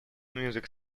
music